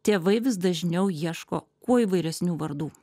tėvai vis dažniau ieško kuo įvairesnių vardų